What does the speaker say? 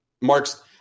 Mark's